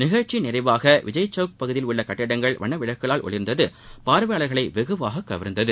நிகழ்ச்சியின் நிறைவாக விஜய் சவுக் பகுதியில் உள்ள கட்டிடங்கள் வண்ணவிளக்குகளால் ஒளிர்ந்தது பார்வையாளர்களை வெகுவாக கவர்ந்தது